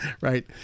Right